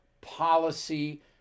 Policy